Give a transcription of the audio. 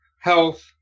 health